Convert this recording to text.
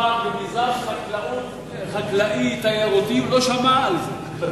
ככל שמדובר במיזם חקלאי-תיירותי הוא לא שמע על זה.